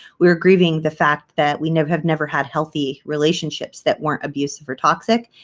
we were grieving the fact that we know have never had healthy relationships that weren't abusive or toxic.